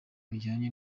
bijyanye